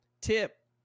tip